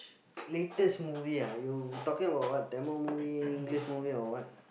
latest movie ah you talking about what Tamil movie English movie or what